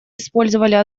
использовали